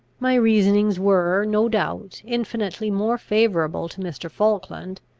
my reasonings were, no doubt, infinitely more favourable to mr. falkland,